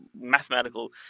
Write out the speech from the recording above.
mathematical